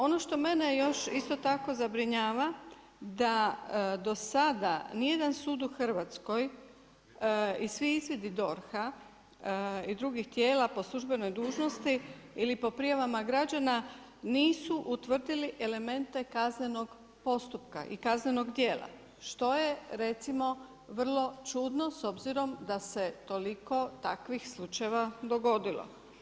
Ono što mene još isto tako zabrinjava da do sada nijedan sud u Hrvatskoj i svi izvidi DORH-a i drugih tijela po službenoj dužnosti ili po prijavama građana, nisu utvrdili elemente kaznenog postupka i kaznenog djela što je recimo vrlo čudno s obzirom da se toliko takvih slučajeva dogodilo.